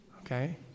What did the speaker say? okay